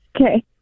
Okay